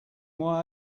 why